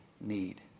need